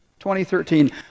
2013